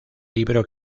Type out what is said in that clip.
libro